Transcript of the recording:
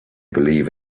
believe